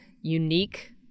unique